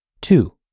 Two